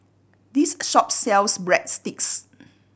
this shop sells Breadsticks